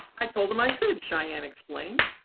i told him i could, sheyann explained.